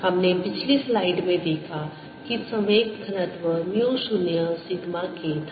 हमने पिछली स्लाइड में देखा कि संवेग घनत्व म्यू 0 सिग्मा K था